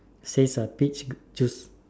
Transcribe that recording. says uh peach juice